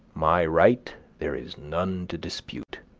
my right there is none to dispute.